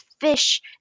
fish